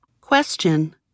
Question